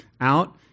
out